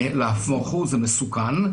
נהפוך הוא, זה מסוכן,